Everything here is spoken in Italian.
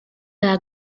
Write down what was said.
della